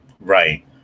Right